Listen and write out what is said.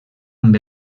amb